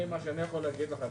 אני, מה שאני יכול להגיד לך אדוני.